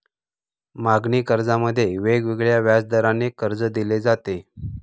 मागणी कर्जामध्ये वेगवेगळ्या व्याजदराने कर्ज दिले जाते